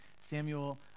Samuel